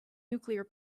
nuclear